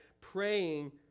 praying